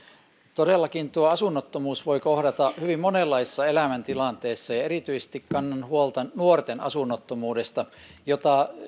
todellakin tuo asunnottomuus voi kohdata hyvin monenlaisissa elämäntilanteissa ja erityisesti kannan huolta nuorten asunnottomuudesta jota